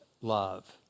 love